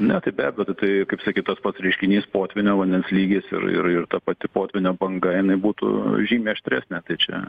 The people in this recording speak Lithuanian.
ne tai be abejo ta tai kaip sakyt tas pas reiškinys potvynio vandens lygis ir ir ir ta pati potvynio banga jinai būtų žymiai aštresnė čia